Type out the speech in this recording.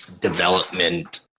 development